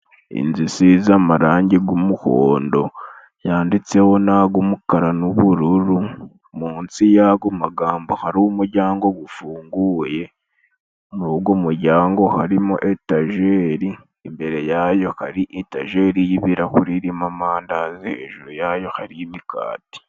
Inzu isize amarangi g'umuhondo yanditseho n'ag'umukara n'ubururu. Munsi y'ago magambo hari umuryango gufunguye, muri ugo muryango harimo etajeri, imbere yayo harimo etajeri y'ibirahuri irimo amandazi hejuru yayo hari imikati.